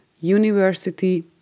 university